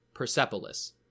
Persepolis